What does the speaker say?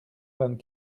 vingt